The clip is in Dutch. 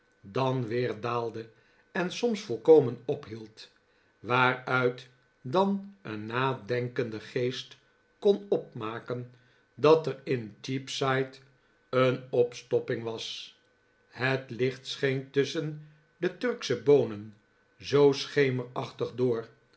dan weer daalde en soms volkomen ophield waaruit dan een hadenkende geest kon opmaken dat er in cheapside een opstopping was het licht scheen tusschen de turksche boonen zoo schemerachtig door